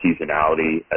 seasonality